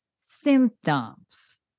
symptoms